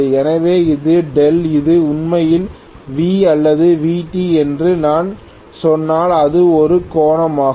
எனவே இது δ இது உண்மையில் V அல்லது Vt என்று நான் சொன்னால் இது ஒரு கோணமாகும்